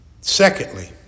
Secondly